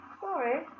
sorry